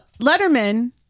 Letterman